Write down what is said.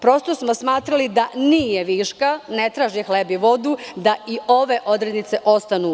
Prosto smo smatrali da nije višak, ne traži hleb i vodu, da i ove odrednice ostanu u zakonu.